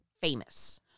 famous